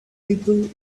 people